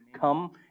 come